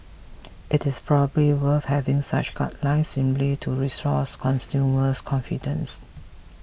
it is probably worth having such guidelines simply to restore consumer confidence